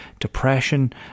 depression